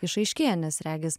išaiškėja nes regis